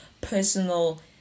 personal